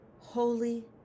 holy